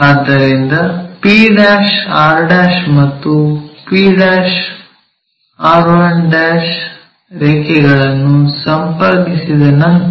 ಆದ್ದರಿಂದ p r ಮತ್ತು p r1 ರೇಖೆಗಳನ್ನು ಸಂಪರ್ಕಿಸಿದ ನಂತರ